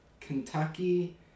Kentucky